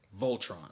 Voltron